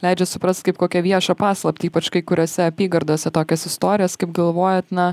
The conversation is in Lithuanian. leidžia suprast kaip kokią viešą paslaptį ypač kai kuriose apygardose tokias istorijas kaip galvojat na